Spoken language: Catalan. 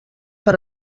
per